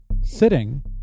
Sitting